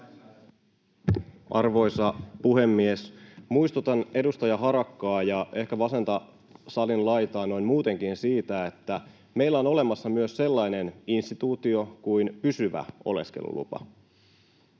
Arvoisa puhemies! Muistutan edustaja Harakkaa ja ehkä vasenta salin laitaa noin muutenkin siitä, että meillä on olemassa myös sellainen instituutio kuin pysyvä oleskelulupa.